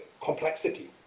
complexity